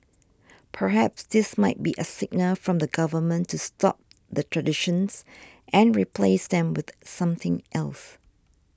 perhaps this might be a signal from the government to stop the traditions and replace them with something else